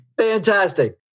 Fantastic